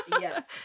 Yes